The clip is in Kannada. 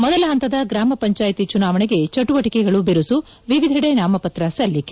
ಮೊದಲ ಹಂತದ ಗ್ರಾಮ ಪಂಚಾಯಿತಿ ಚುನಾವಣೆಗೆ ಚಟುವಟಿಕೆಗಳು ಬಿರುಸು ವಿವಿಧೆಡೆ ನಾಮಪತ್ರ ಸಲ್ಲಿಕೆ